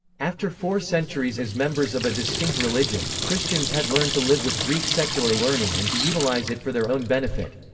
after four centuries as members of a distinct religion, christians had learned to live with greek secular learning and to utilize it for their own benefit.